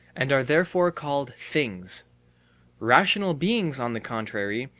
and are therefore called things rational beings, on the contrary,